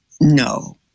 No